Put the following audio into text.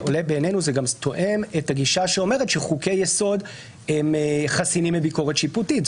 בעינינו זה גם תואם את הגישה שאומרת שחוקי יסוד חסינים מביקורת שיפוטית.